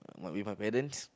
what with my balance